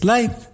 Life